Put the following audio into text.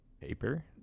Paper